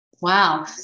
wow